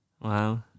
Wow